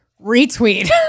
retweet